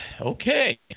Okay